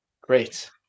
Great